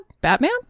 Batman